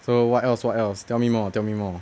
so what else what else tell me more tell me more